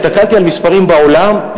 הסתכלתי על מספרים בעולם,